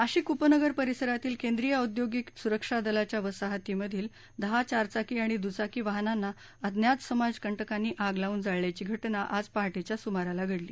नाशिक उपनगर परिसरातील केंद्रीय औद्योगिक सुरक्षा दलाच्या वसाहतमधील दहा चारचाकी आणि द्चाकी वाहनांना अज्ञात समाजकंटकांनी आग लावून जाळल्याची घटना आज पहाटेच्या सुमाराला घडली